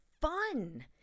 fun